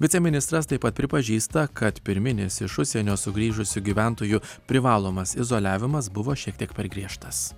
viceministras taip pat pripažįsta kad pirminis iš užsienio sugrįžusių gyventojų privalomas izoliavimas buvo šiek tiek per griežtas